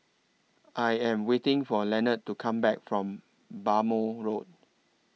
I Am waiting For Leonard to Come Back from Bhamo Road